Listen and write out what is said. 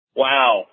wow